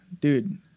dude